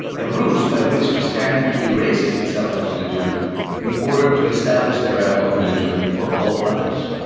a ruse by which christianity erases itself as religion in order to establish the realm of religion for all others.